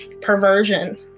perversion